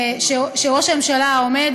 העומד